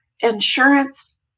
insurance